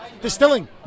distilling